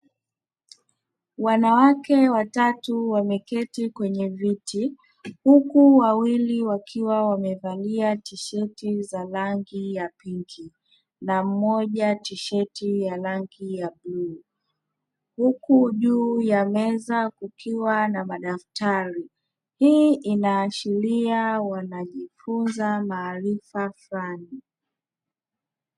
Wanawake watatu wameketi kwenye viti, huku wawili wakiwa wamevalia tisheti za rangi ya pinki na mmoja tisheti ya rangi ya bluu, huku juu ya meza kukiwa na madaftari. Hii inaashiria wanajifunza maarifa fulani.